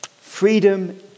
freedom